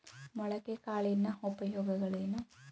ಮೊಳಕೆ ಕಾಳಿನ ಉಪಯೋಗಗಳೇನು?